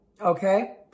okay